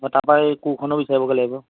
তাৰপৰা এই কোৰখনো বিচাৰিবগৈ লাগিব